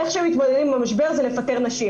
איך שהם מתמודדים עם המשבר זה לפטר נשים.